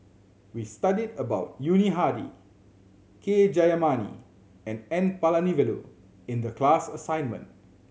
we studied about Yuni Hadi K Jayamani and N Palanivelu in the class assignment